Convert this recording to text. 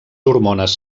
hormones